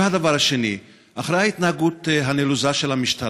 והדבר השני, אחרי ההתנהגות הנלוזה של המשטרה,